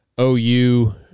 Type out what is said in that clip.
OU